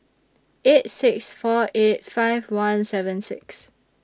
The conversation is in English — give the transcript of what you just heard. eight six four eight five one seven six